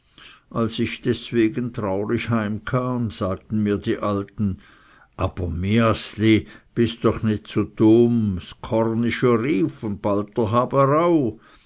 als ich deswegen traurig heimkam sagten mir die alten aber miaßli bis doch nicht so dumm ds chorn ist ja ryf und bald